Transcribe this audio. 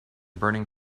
burning